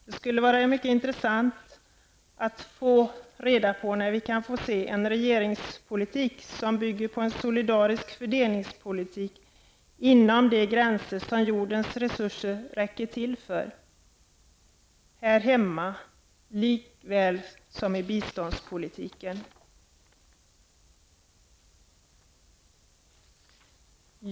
Det skulle vara mycket intressant att få reda på när vi kan få se en regeringspolitik som bygger på solidarisk fördelning inom de gränser som jordens resurser räcker till för, här hemma lika väl som i biståndspolitiken.